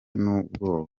n’ubwoba